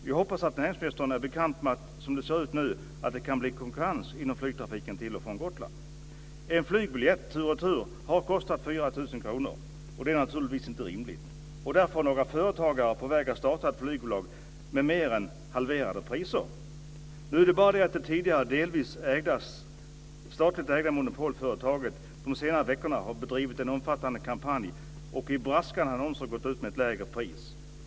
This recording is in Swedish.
Jag hoppas att näringsministern är bekant med att det som det nu ser ut kan bli konkurrens inom flygtrafiken till och från Gotland. En flygbiljett tur och retur har kostat 4 000 kr. Det är naturligtvis inte rimligt. Därför är några företagare på väg att starta ett flygbolag med mer än halverade priser. Nu är det bara det att det tidigare delvis statligt ägda monopolföretaget under de senaste veckorna har bedrivit en omfattande kampanj och i braskande annonser gått ut med ett lägre pris.